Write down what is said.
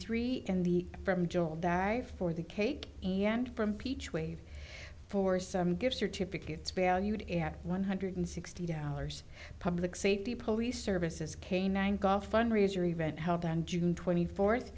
three in the from joel die for the cake from peach wave for some good certificates valued at one hundred sixty dollars public safety police services canine golf fundraiser event held on june twenty fourth